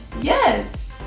yes